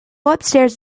upstairs